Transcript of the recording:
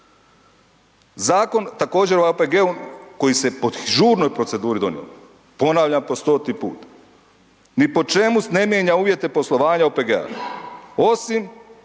Zakon također o OPG-u koji se po žurnoj proceduri donio. Ponavljam po 100-ti put. Ni po čemu ne mijenja uvjete poslovanje OPG-a, osim